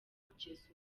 kugeza